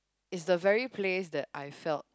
is the very place that I felt